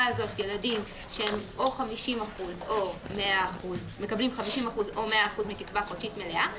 ילדים שהם 50% או 100% מקצבה חודשית מליאה.